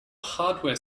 hardware